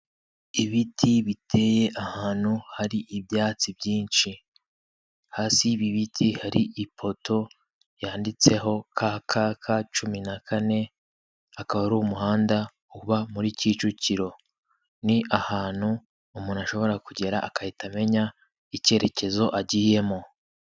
Ibiti biteye ahantu hari ibyatsi byinshi, hasi y'ibi biti hari ipoto yanditseho ka ka ka cumi na kane akaba ari umuhanda uba muri Kicukiro ni ahantu umuntu ashobora kugera agahita amenya icyerekezo agiyemo.